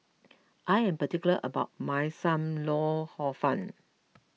I am particular about my Sam Lau Hor Fun